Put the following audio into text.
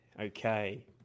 Okay